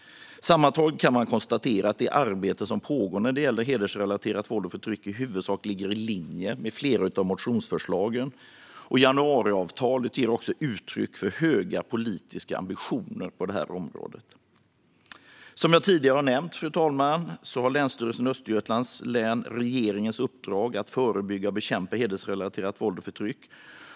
Sammantaget kan man konstatera att det arbete som pågår när det gäller hedersrelaterat våld och förtryck i huvudsak ligger i linje med flera av motionsförslagen. Januariavtalet ger också uttryck för höga politiska ambitioner på detta område. Som jag tidigare har nämnt har Länsstyrelsen i Östergötlands län regeringens uppdrag att förebygga och bekämpa hedersrelaterat våld och förtryck.